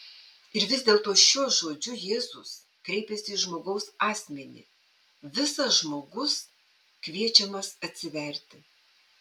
ir vis dėlto šiuo žodžiu jėzus kreipiasi į žmogaus asmenį visas žmogus kviečiamas atsiverti